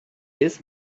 this